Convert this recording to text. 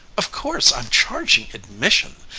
of course i'm charging admission,